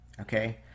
okay